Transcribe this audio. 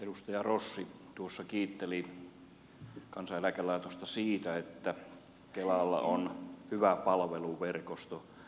edustaja rossi tuossa kiitteli kansaneläkelaitosta siitä että kelalla on hyvä palveluverkosto läpi koko maan